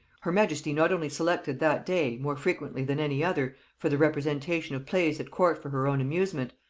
her majesty not only selected that day, more frequently than any other, for the representation of plays at court for her own amusement,